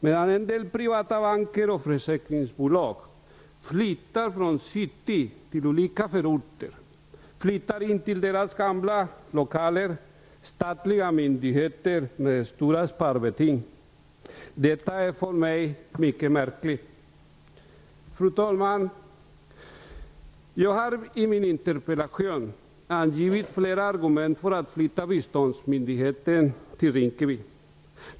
Medan en del privata banker och försäkringsbolag flyttar från city till olika förorter flyttar statliga myndigheter med stora sparbeting in i deras gamla lokaler. Detta är för mig mycket märkligt. Fru talman! Jag har i min interpellation angivit flera argument för att flytta biståndsmyndigheten till Rinkeby.